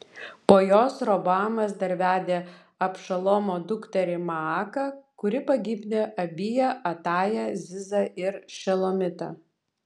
po jos roboamas dar vedė abšalomo dukterį maaką kuri pagimdė abiją atają zizą ir šelomitą